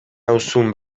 nauzun